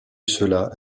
cela